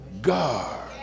God